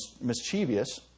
mischievous